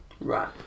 Right